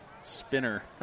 spinner